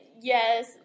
yes